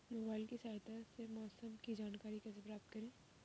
Mobile की सहायता से मौसम की जानकारी कैसे प्राप्त करें?